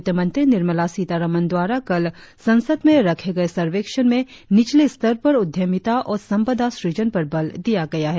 वित्त मंत्री निर्मला सीतारमण द्वारा कल संसद में रखे गए सर्वेक्षण में निचले स्तर पर उद्यमिता और संपदा सृजन पर बल दिया गया है